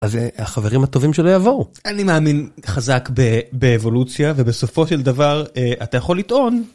אז החברים הטובים שלו יבואו, אני מאמין חזק באבולוציה ובסופו של דבר אתה יכול לטעון.